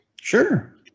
Sure